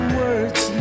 words